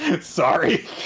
Sorry